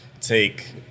take